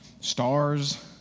Stars